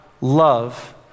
love